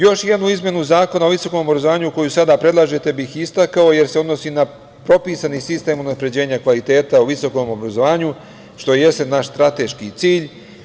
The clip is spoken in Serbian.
Još jednu izmenu Zakona o visokom obrazovanju koju sada predlažete bih istakao, jer se odnosi na propisani sistem unapređenja kvaliteta o visokom obrazovanju što jeste naš strateški cilj.